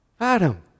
Adam